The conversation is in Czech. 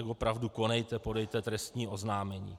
Opravdu konejte, podejte trestní oznámení.